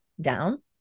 down